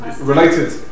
Related